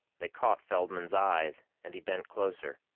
they caught feldman's eyes, and he bent closer.